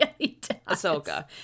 Ahsoka